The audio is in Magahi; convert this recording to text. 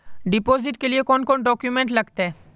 डिपोजिट के लिए कौन कौन से डॉक्यूमेंट लगते?